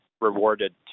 rewarded